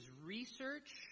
research